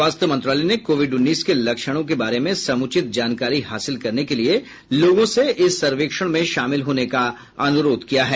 स्वास्थ्य मंत्रालय ने कोविड उन्नीस के लक्षणों के बारे में समुचित जानकारी हासिल करने के लिए लोगों से इस सर्वेक्षण में शामिल होने का अनुरोध किया है